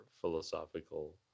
philosophical